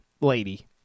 lady